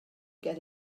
get